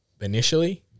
initially